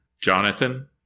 Jonathan